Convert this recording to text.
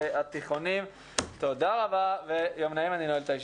תודה רבה, ישיבה זו נעולה.